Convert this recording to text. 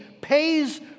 pays